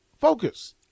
Focus